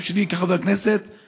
גם שלי כחבר כנסת,